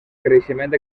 creixement